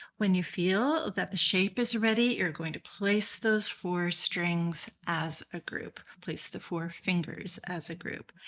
when you feel that the shape is ready you're going to place those four strings as a group. place the four fingers as a group.